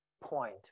point